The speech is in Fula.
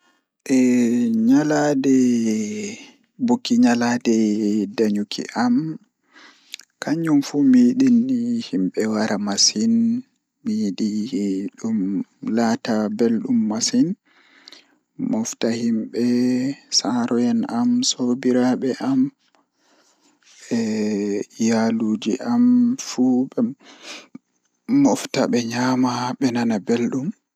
Leesɗe am mawnde no waɗiima nde mi ɗaɓɓiti e mawniraaji e njogoto e giteeri am rewɓe. Mi faala nde njilli mi waɗata kooɗo, ɗuum waɗiri e waɗude leydi. No waɗiima caɗe ngoodi feɗɗi, njillaaji kabbal heɓɓe e no njangata mo waɗata tamma waawaani e huutoraade